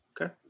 Okay